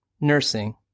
nursing